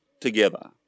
together